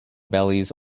bellies